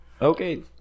okay